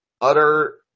utter